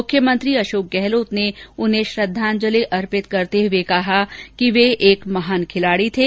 मुख्यमंत्री अशोक गहलोत ने उन्हें श्रद्वांजलि अर्पित करते हुए कहा है कि वे एक महान खिलाड़ी थे